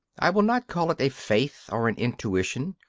i will not call it a faith or an intuition,